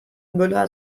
müller